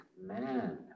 man